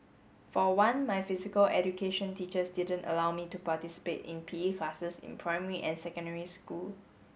for one my physical education teachers didn't allow me to participate in P E classes in primary and secondary school